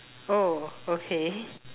oh okay